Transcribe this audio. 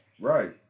Right